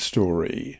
Story